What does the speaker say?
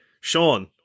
Sean